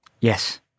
Yes